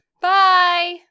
Bye